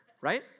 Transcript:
right